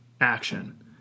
Action